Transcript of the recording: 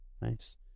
Nice